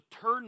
turn